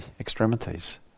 extremities